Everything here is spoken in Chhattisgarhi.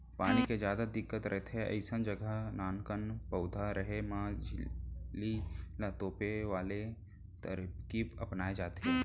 पानी के जादा दिक्कत रहिथे अइसन जघा नानकन पउधा रेहे म झिल्ली ल तोपे वाले तरकीब अपनाए जाथे